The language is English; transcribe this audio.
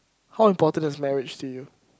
how important is marriage to you